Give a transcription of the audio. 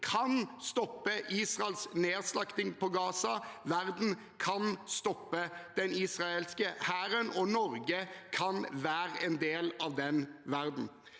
kan stoppe Israels nedslakting i Gaza, verden kan stoppe den israelske hæren, og Norge kan være en del av den verdenen.